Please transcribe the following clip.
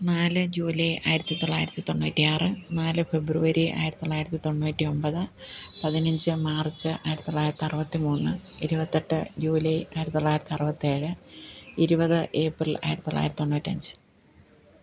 നാല് ജൂലൈ ആയിരത്തി തൊള്ളായിരത്തി തൊണ്ണൂറ്റി ആറ് നാല് ഫെബ്രുവരി ആയിരത്തി തൊള്ളായിരത്തി തൊണ്ണൂറ്റി ഒമ്പത് പതിനഞ്ച് മാർച്ച് ആയിരത്തി തൊള്ളായിരത്തി അറുപത്തി മൂന്ന് ഇരുപത്തെട്ട് ജൂലൈ ആയിരത്തി തൊള്ളായിരത്തി അറുപത്തേഴ് ഇരുപത് ഏപ്രിൽ ആയിരത്തി തൊള്ളായിരത്തി തൊണ്ണൂറ്റഞ്ച്